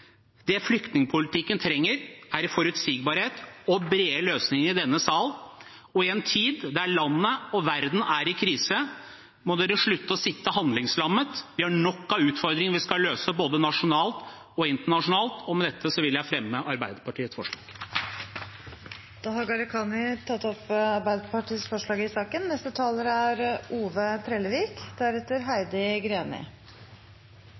Det flyktningpolitikken trenger, er forutsigbarhet og brede løsninger i denne sal – og i en tid der landet og verden er i krise, må regjeringen slutte med å sitte handlingslammet. Vi har nok av utfordringer vi skal løse, både nasjonalt og internasjonalt. Med dette vil jeg ta opp det forslaget Arbeiderpartiet er alene om, og de forslagene vi har